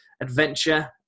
adventure